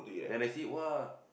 then I see [wah]